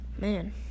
Man